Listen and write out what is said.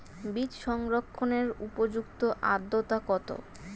বীজ সংরক্ষণের উপযুক্ত আদ্রতা কত?